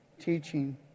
teaching